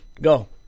Go